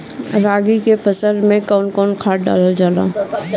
रागी के फसल मे कउन कउन खाद डालल जाला?